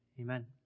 Amen